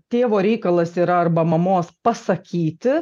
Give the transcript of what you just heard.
tėvo reikalas yra arba mamos pasakyti